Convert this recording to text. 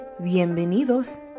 bienvenidos